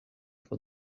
for